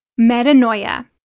metanoia